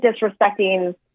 disrespecting